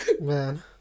Man